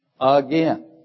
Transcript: Again